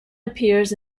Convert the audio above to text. appears